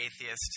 atheist